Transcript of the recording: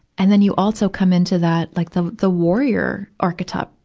and then you also come into that, like the, the warrior architype,